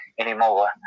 anymore